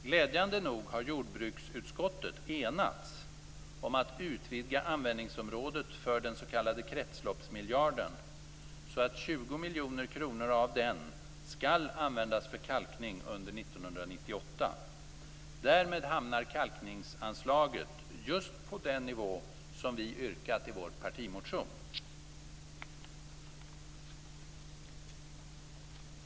Glädjande nog har jordbruksutskottet enats om att utvidga användningsområdet för den s.k. kretsloppsmiljarden så att 20 miljoner kronor av den skall användas för kalkning under 1998. Därmed hamnar kalkningsanslaget just på den nivå som vi yrkat på i vår partimotion.